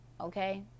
Okay